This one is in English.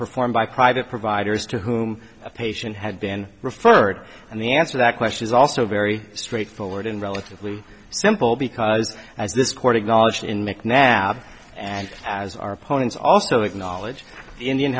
performed by private providers to whom a patient had been referred and the answer that question is also very straightforward and relatively simple because as this court acknowledged in mcnabb and as our opponents also acknowledge the indian